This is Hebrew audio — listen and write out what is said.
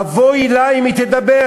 אבוי לה אם היא תדבר.